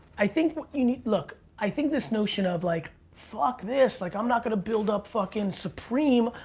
i think what you need. look, i think this notion of like fuck this, like i'm not gonna build up fuckin' supreme.